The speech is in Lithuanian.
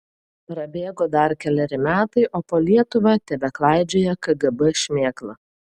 prabėgo dar keleri metai o po lietuvą tebeklaidžioja kgb šmėkla